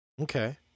Okay